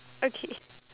okay